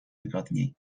wygodniej